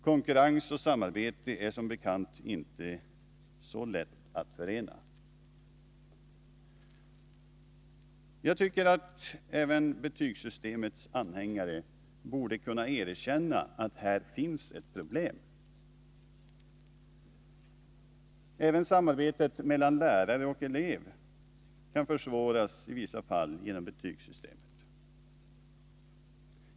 Konkurrens och samarbete är det som bekant inte så lätt att förena. Jag tycker att även betygssystemets anhängare borde kunna erkänna att här finns ett problem. Även samarbetet mellan lärare och elever kan försvåras i vissa fall genom betygssystemet.